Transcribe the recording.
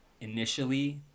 initially